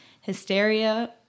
Hysteria